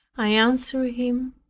i answered him,